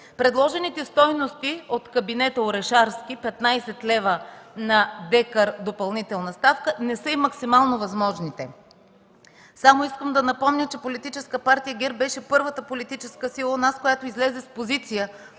Предложените стойности от кабинета Орешарски – 15 лв. на декар допълнителна ставка, не са и максимално възможните. Само искам да напомня, че Политическа партия ГЕРБ беше първата политическа сила у нас, която излезе с позиция